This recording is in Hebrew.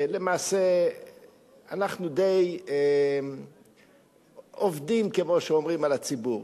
למעשה אנחנו די עובדים על הציבור,